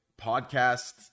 podcast